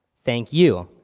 thank you.